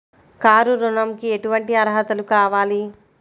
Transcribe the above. Car ఋణంకి ఎటువంటి అర్హతలు కావాలి?